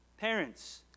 Parents